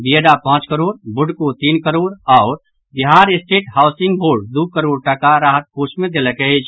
बियाडा पांच करोड़ बुडको तीन करोड़ आओर बिहार स्टेट हाउसिंग बोर्ड दू करोड़ टाका राहत कोष मे देलक अछि